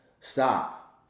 stop